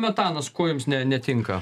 metanas kuo jums ne netinka